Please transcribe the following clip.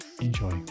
Enjoy